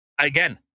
again